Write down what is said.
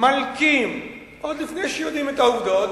מלקים, עוד לפני שיודעים את העובדות.